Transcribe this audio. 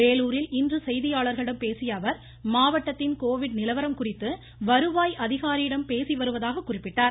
வேலூரில் இன்று செய்தியாளர்களிடம் பேசிய அவர் மாவட்டத்தின் கோவிட் நிலவரம் குறித்து வருவாய் அதிகாரியிடம் பேசி வருவதாக குறிப்பிட்டார்